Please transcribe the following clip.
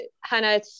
Hannah